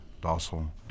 docile